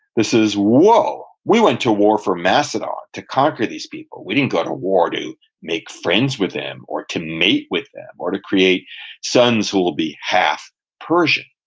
this is, whoa, we went to war for macedon, to conquer these people. we didn't go to war to make friends with them, or to mate with them, or to create sons who will be half persian.